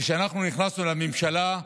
כשאנחנו נכנסנו לממשלה,